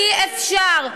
אי-אפשר,